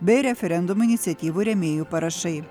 bei referendumo iniciatyvų rėmėjų parašai